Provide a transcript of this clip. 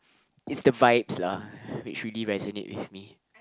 it's the vibes lah which really resonate with me